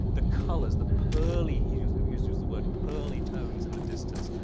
the colours, the pearly, he uses uses the word pearly tones in the distance,